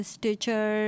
Stitcher